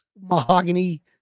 mahogany